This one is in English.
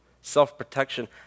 self-protection